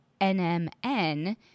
NMN